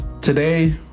today